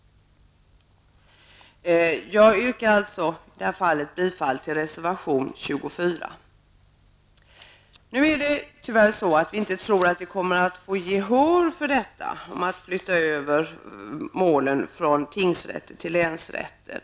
Jag yrkar bifall till reservation 24. Tyvärr tror vi inte att vi kommer att få gehör för vårt önskemål om att mål skall flyttas över från tingsrätter till länsrätter.